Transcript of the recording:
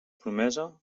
promesa